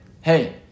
Hey